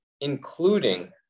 including